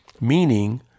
meaning